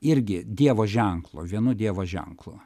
irgi dievo ženklu vienu dievo ženklu